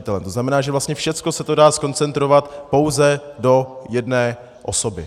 To znamená, že vlastně všechno se to dá zkoncentrovat pouze do jedné osoby.